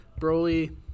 broly